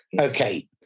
Okay